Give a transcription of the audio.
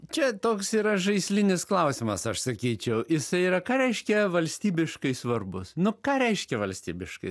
čia toks yra žaislinis klausimas aš sakyčiau jisai yra ką reiškia valstybiškai svarbus nu ką reiškia valstybiškai